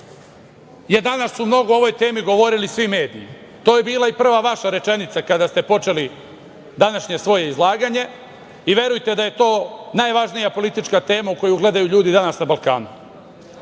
Aleksandar Vučić. Mnogo o ovoj temi su danas govorili svi mediji. To je bila i prva vaša rečenica kada ste počeli današnje svoje izlaganje i verujte da je to najvažnija politička tema u koju gledaju ljudi danas na Balkanu,